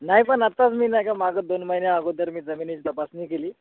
नाही पण आत्ताच मी नाही का मागं दोन महिन्या अगोदर मी जमिनीची तपासणी केली